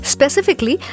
Specifically